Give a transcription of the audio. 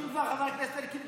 אם כבר חבר הכנסת אלקין,